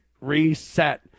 reset